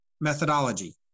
methodology